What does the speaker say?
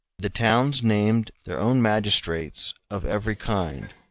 the towns named their own magistrates of every kind,